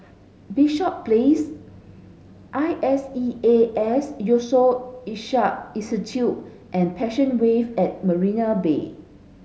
Bishop Place I S E A S Yusof Ishak Institute and Passion Wave at Marina Bay